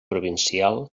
provincial